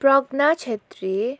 Pragna Chhetri